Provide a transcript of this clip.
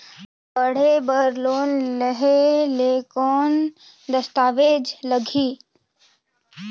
पढ़े बर लोन लहे ले कौन दस्तावेज लगही?